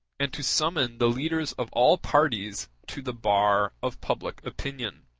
and to summon the leaders of all parties to the bar of public opinion.